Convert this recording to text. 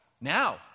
now